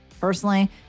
personally